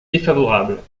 défavorable